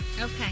Okay